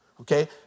Okay